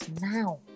now